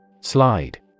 Slide